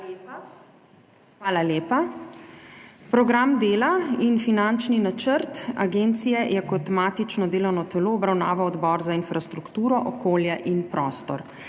Hvala lepa. Program dela in finančni načrt agencije je kot matično delovno telo obravnaval Odbor za infrastrukturo, okolje in prostor,